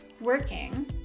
working